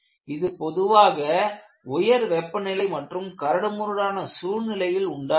இது பொதுவாக உயர் வெப்பநிலை மற்றும் கரடுமுரடான சூழ்நிலையில் உண்டாகிறது